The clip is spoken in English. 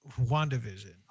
WandaVision